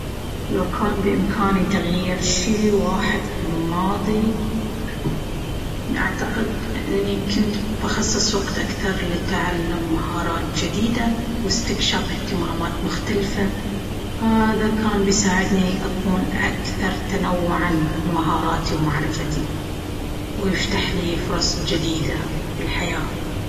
لو كان بإمكاني تغيير شيء واحد في ماضي، أعتقد أني كنت بخصص وقت أكثر لتعلم مهارات جديدة واستكشاف اهتمامات مختلفة. هذا كان بيساعدني أكون أكثر تنوعًا في مهاراتي ومعرفتي، ويفتح لي فرص جديدة في الحياة.